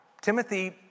Timothy